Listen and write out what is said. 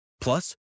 Plus